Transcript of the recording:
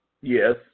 Yes